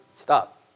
Stop